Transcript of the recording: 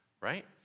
right